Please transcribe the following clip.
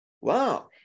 Wow